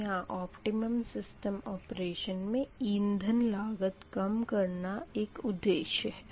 तो यहाँ optimum system operation मे इंधन लागत कम करना एक उदेशय है